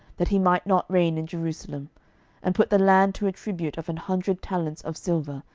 that he might not reign in jerusalem and put the land to a tribute of an hundred talents of silver,